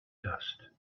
dust